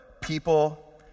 people